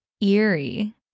eerie